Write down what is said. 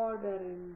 ഓർഡറിന്റെ